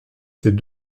ses